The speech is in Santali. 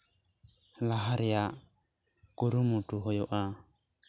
ᱞᱟᱦᱟ ᱨᱮᱭᱟᱜ ᱠᱩᱨᱩᱢᱩᱴᱩ ᱦᱩᱭᱩᱜᱼᱟ